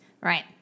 Right